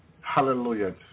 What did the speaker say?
Hallelujah